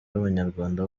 w’abanyarwanda